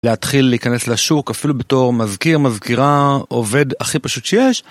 להתחיל להיכנס לשוק אפילו בתור מזכיר מזכירה עובד הכי פשוט שיש